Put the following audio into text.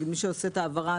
מי שעושה את ההעברה,